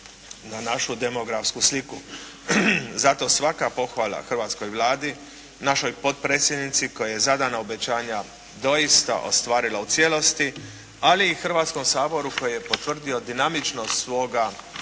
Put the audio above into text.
na našu demografsku sliku. Zato svaka pohvala hrvatskoj Vladi, našoj potpredsjednici koja je zadana obećanja doista ostvarila u cijelosti, ali i Hrvatskom saboru koji je potvrdio dinamičnost svoga rada